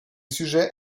sujet